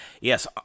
yes